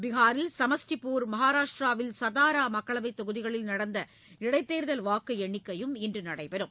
பிஹாரில் சமஸ்டிபூர் மகாராஷ்ட்டிராவில் சதாரா மக்களவைத் தொகுதிகள் நடந்த இடைத் தேர்தல் வாக்கு எண்ணிக்கையும் இன்று நடைபெறுகிறது